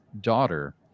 daughter